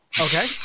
Okay